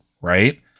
right